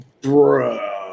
Bro